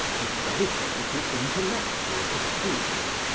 and dedicated to intellectual pursuits,